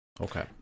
Okay